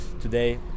today